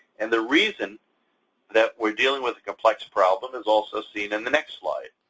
and the reason that we're dealing with a complex problem is also seen in the next slide,